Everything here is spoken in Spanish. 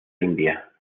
india